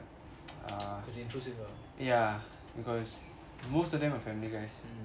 it's intrusive lah